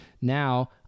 now